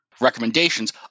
Recommendations